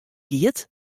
giet